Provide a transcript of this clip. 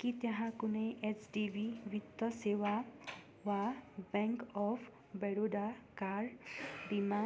के त्यहाँ कुनै एचडिबी वित्त सेवा वा ब्याङ्क अफ् बडोदा कार बिमा